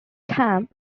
camp